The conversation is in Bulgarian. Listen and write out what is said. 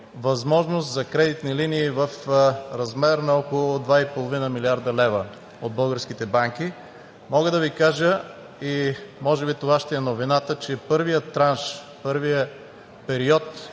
възможност за кредитни линии в размер на около 2,5 млрд. лв. от българските банки. Мога да Ви кажа и може би това ще е новината, че първият транш, първият период